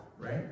right